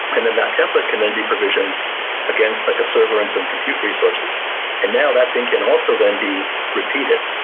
and then that template can then be provisioned against like a server and some compute resources and now that thing can also then be repeated,